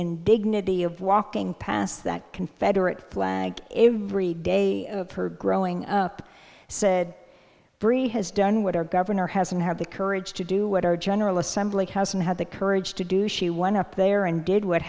indignity of walking past that confederate flag every day of her growing up said three has done what our governor has and have the courage to do what our general assembly house and had the courage to do she went up there and did what